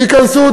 תיכנסו,